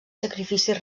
sacrificis